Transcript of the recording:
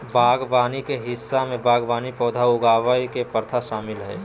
बागवानी के हिस्सा में बागवानी पौधा उगावय के प्रथा शामिल हइ